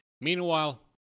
Meanwhile